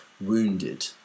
wounded